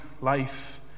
life